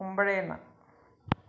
കുമ്പഴേന്ന്